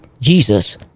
Jesus